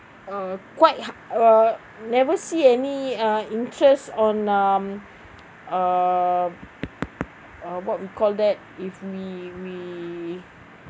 uh quite ha uh never see any uh interest on um uh what we call that if we we